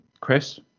Chris